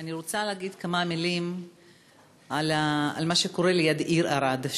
אני רוצה לומר כמה מילים על מה שקורה ליד העיר ערד,